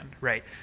right